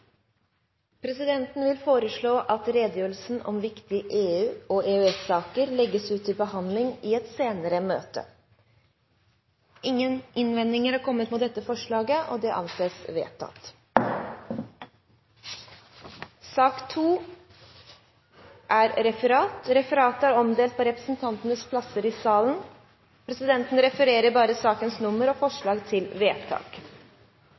Presidenten vil foreslå at redegjørelsen om viktige EU- og EØS-saker legges ut for behandling i et senere møte. – Ingen innvendinger er kommet mot dette forslaget, og det anses vedtatt. Dermed er